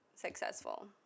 successful